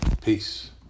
peace